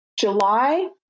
July